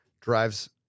drives